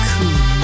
Cool